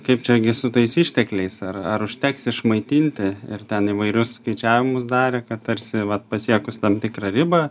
kaip čia gi su tais ištekliais ar ar užteks išmaitinti ir ten įvairius skaičiavimus darė kad tarsi vat pasiekus tam tikrą ribą